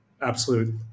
absolute